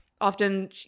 often